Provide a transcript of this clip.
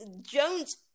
jones